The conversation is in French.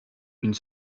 une